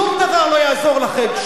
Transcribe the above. שום דבר לא יעזור לכם,